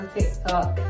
TikTok